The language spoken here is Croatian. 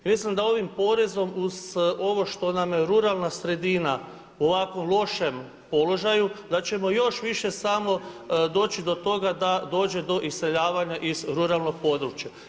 Mislim da ovim porezom uz ovo što nam ruralna sredina u ovako lošem položaju, da ćemo još više samo doći do toga da dođe do iseljavanja iz ruralnog područja.